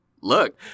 look